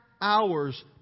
hours